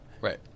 Right